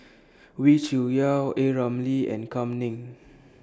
Wee Cho Yaw A Ramli and Kam Ning